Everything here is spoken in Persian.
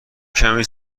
کمی